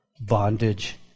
bondage